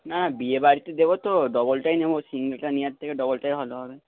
না বিয়েবাড়িতে দেবো তো ডবলটাই নেব সিঙ্গেলটা নেওয়ার থেকে ডবলটাই ভালো হবে